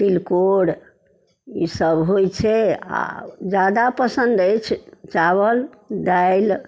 तिलकोर ईसब होइ छै आओर ज्यादा पसन्द अछि चावल दालि